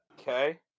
Okay